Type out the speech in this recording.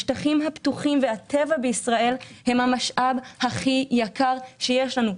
השטחים הפתוחים והטבע בישראל הם המשאב הכי יקר שיש לנו.